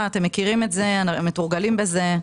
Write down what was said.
אתם מכירים את זה, מתורגלים בזה,